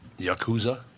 yakuza